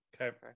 Okay